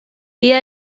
بیا